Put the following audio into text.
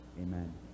amen